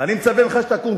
ואני מצפה ממך שתקום,